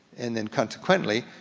and then consequently,